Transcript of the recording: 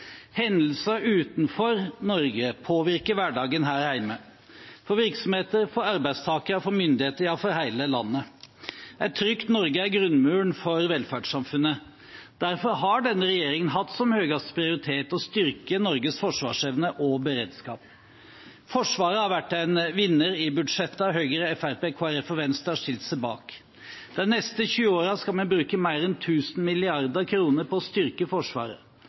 Hendelser utenfor Norge påvirker hverdagen her hjemme – for virksomheter, for arbeidstakere, for myndigheter, ja for hele landet. Et trygt Norge er grunnmuren for velferdssamfunnet. Derfor har denne regjeringen hatt som høyeste prioritet å styrke Norges forsvarsevne og beredskap. Forsvaret har vært en vinner i budsjettet, og Høyre, Fremskrittspartiet, Kristelig Folkeparti og Venstre har stilt seg bak. De neste tyve årene skal vi bruke mer enn 1 000 mrd. kr på å styrke Forsvaret.